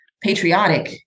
patriotic